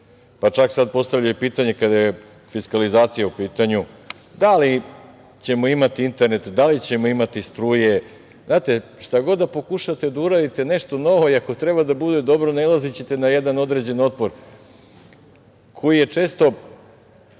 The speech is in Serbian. pa čak sad postavljaju pitanje kada je fiskalizacija u pitanju, da li ćemo imati internet, da li ćemo imati struje? Znate, šta god da pokušate da uradite nešto novo i ako treba da bude dobro, nailazićete na jedan određen otpor koji često